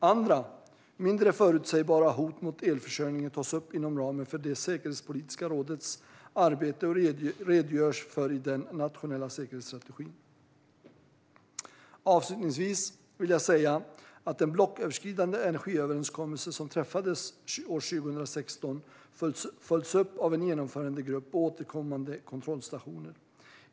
Andra och mindre förutsägbara hot mot elförsörjningen tas upp inom ramen för det säkerhetspolitiska rådets arbete och redogörs för i den nationella säkerhetsstrategin. Avslutningsvis vill jag säga att den blocköverskridande energiöverenskommelse som träffades år 2016 följs upp av en genomförandegrupp och återkommande kontrollstationer.